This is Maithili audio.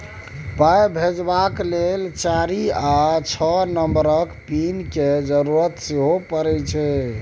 पाइ भेजबाक लेल चारि या छअ नंबरक पिन केर जरुरत सेहो परय छै